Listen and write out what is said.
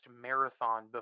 marathon